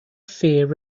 fear